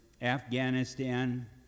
Afghanistan